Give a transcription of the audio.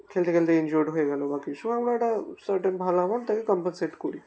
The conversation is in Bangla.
খেলতে খেলতে ইনজিওর্ড হয়ে গেল বা কিছু আমরা একটা সার্টেন ভালো অ্যামাউন্ট তাকে কম্পেনসেট করি